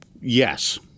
Yes